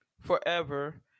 forever